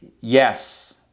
Yes